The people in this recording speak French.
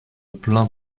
plaint